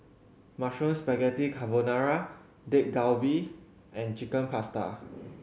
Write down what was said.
Mushroom Spaghetti Carbonara Dak Galbi and Chicken Pasta